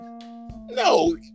No